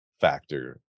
factor